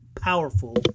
powerful